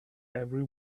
every